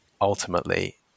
ultimately